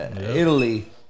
Italy